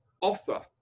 offer